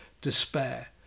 despair